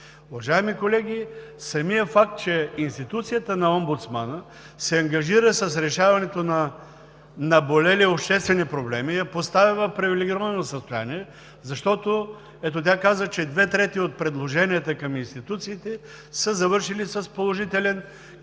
Уважаеми колеги, самият факт, че институцията на Омбудсмана се ангажира с решаването на наболели обществени проблеми е поставена в привилегировано състояние, защото – ето, тя каза, че две трети от предложенията към институциите са завършили с положителен край